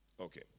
Okay